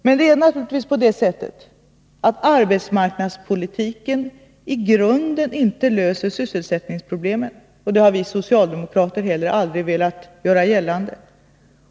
Men det är naturligtvis så att arbetsmarknadspolitiken i grunden inte löser sysselsättningsproblemen. Det har vi socialdemokrater heller aldrig velat göra gällande.